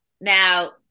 Now